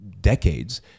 decades